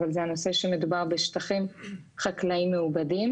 זה הנושא שמדובר בשטחים חקלאיים מעובדים